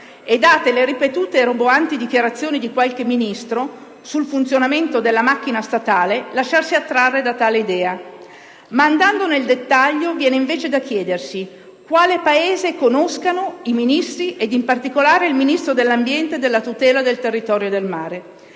e, date le ripetute e roboanti dichiarazioni di qualche Ministro sul funzionamento della macchina statale, lasciarsi attrarre da tale idea. Ma andando nel dettaglio viene, invece, da chiedersi quale Paese conoscano i Ministri e, in particolare, il Ministro dell'ambiente e della tutela del territorio e del mare.